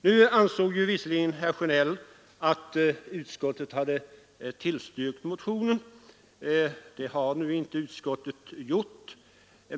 Nu ansåg herr Sjönell att utskottet hade tillstyrkt motionen, men det har utskottet inte gjort.